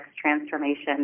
transformation